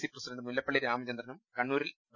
C president Mullappally രാമചന്ദ്രനും കണ്ണൂരിൽ ഡോ